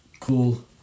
cool